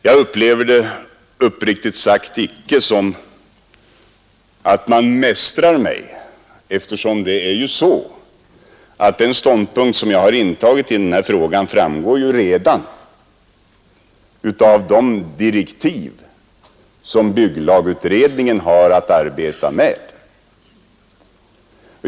Jag upplever det uppriktigt sagt icke som att man mästrar mig, eftersom den ståndpunkt som jag har intagit i den här frågan framgår redan av de direktiv som bygglagutredningen har att arbeta med.